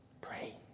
pray